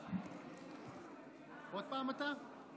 עוד פעם אתה?